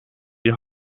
die